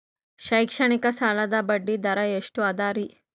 ಶೈಕ್ಷಣಿಕ ಸಾಲದ ಬಡ್ಡಿ ದರ ಎಷ್ಟು ಅದರಿ?